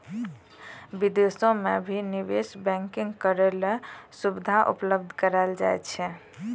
विदेशो म भी निवेश बैंकिंग र सुविधा उपलब्ध करयलो जाय छै